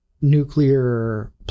nuclear